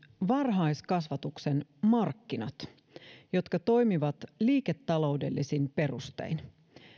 varhaiskasvatuksen markkinat jotka toimivat liiketaloudellisin perustein